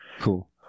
cool